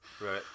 Right